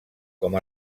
com